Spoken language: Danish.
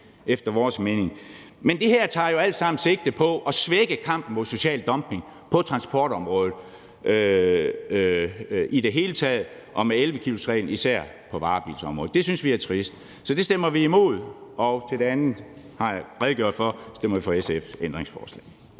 efter vores mening. Men det her tager jo alt sammen sigte på at svække kampen mod social dumping på transportområdet i det hele taget, og med 11-kilosreglen især på varebilsområdet. Det synes vi er trist – så det stemmer vi imod. Og det andet har jeg redegjort for, nemlig at vi stemmer for SF's ændringsforslag.